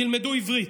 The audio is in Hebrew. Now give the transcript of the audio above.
תלמדו עברית,